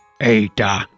Ada